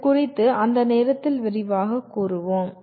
இது குறித்து அந்த நேரத்தில் விரிவாகக் கூறுவோம்